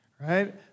right